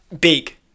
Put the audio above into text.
big